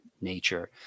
nature